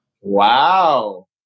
Wow